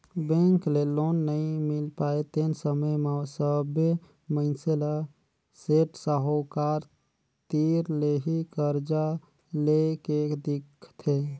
bank ले loan नइ मिल पाय तेन समे म सबे मइनसे ल सेठ साहूकार तीर ले ही करजा लेए के दिखथे